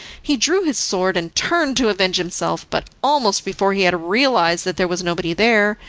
he drew his sword, and turned to avenge himself, but almost before he had realised that there was nobody there,